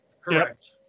Correct